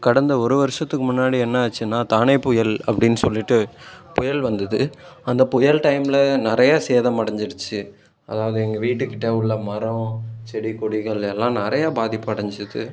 கடந்த ஒரு வருடத்துக்கு முன்னாடி என்ன ஆச்சுன்னா தானே புயல் அப்படின்னு சொல்லிட்டு புயல் வந்தது அந்த புயல் டைமில் நிறைய சேதம் அடஞ்சிடுச்சு அதாவது எங்கள் வீட்டுக்கிட்ட உள்ள மரம் செடி கொடிகள் எல்லாம் நிறைய பாதிப்பு அடைஞ்சுது